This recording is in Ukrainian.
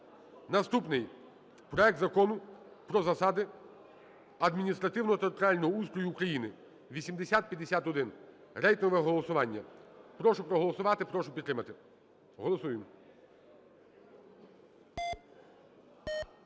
Наступний. Проект Закону про засади адміністративно-територіального устрою України (8051). Рейтингове голосування. Прошу проголосувати, прошу підтримати. Голосуємо.